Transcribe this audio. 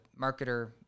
marketer